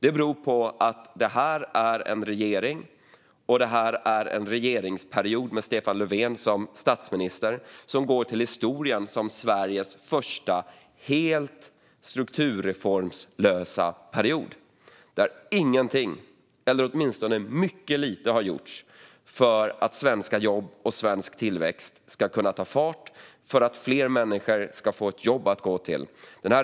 Det beror på att det är en regering och en regeringsperiod med Stefan Löfven som går till historien som Sveriges första helt strukturreformslösa period, där ingenting eller åtminstone mycket lite har gjorts för att svenska jobb och svenskt tillväxt ska kunna ta fart för att fler människor ska få ett jobb att gå till.